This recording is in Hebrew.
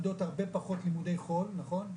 מלמדות הרבה פחות לימודי חול נכון?